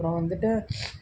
அப்புறம் வந்துவிட்டு